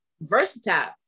versatile